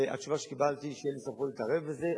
והתשובה שקיבלתי היא שאין לי סמכות להתערב בזה,